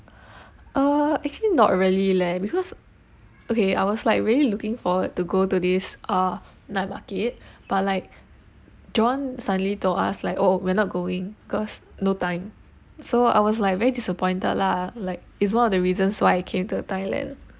uh actually not really leh because okay I was like really looking forward to go to this uh night market but like john suddenly told us like oh we're not going cause no time so I was like very disappointed lah like it's one of the reasons why I came to thailand